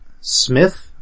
Smith